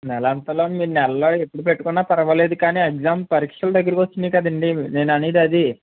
నెల అంతలో మీరు నెలలో ఎప్పుడు పెట్టుకున్న పర్వాలేదు కానీ ఎగ్జామ్ పరీక్షలు దగ్గరికి వచ్చాయి కదండీ నేను అనేది అది